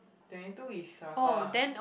twenty two is circle ah